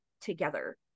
together